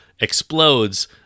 explodes